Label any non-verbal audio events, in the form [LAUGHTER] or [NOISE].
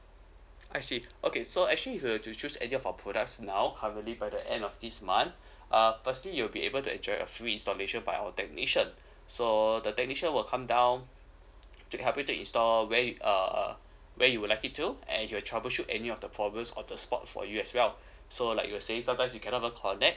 I see okay so actually if you to choose end year of products now currently by the end of this month [BREATH] uh firstly you'll be able to enjoy a free installation by our technician so the technician will come down to help you to install where y~ uh where you would like it to and they'll troubleshoot any of the problems all the spot for you as well [BREATH] so like you say sometimes you cannot connect